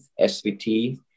SVT